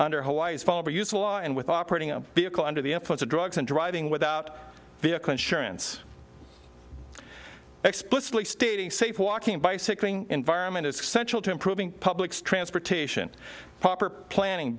under hawaii's fall of a useful law and with operating a vehicle under the influence of drugs and driving without vehicle insurance explicitly stating safe walking bicycling environment is essential to improving public's transportation proper planning